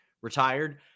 retired